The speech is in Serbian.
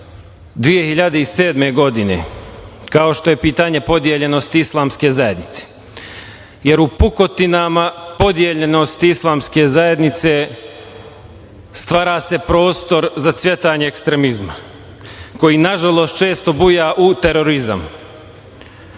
2007. godine, kao što je pitanje podeljenosti islamski zajednice, jer u pukotinama podeljenosti islamske zajednice stvara se prostor za cvetanje ekstremizma koji, nažalost, često buja u terorizam. Vi